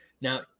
Now